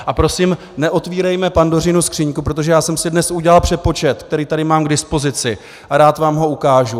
A prosím, neotvírejme Pandořinu skříňku, protože já jsem si dnes udělal přepočet, který tady mám k dispozici, a rád vám ho ukážu.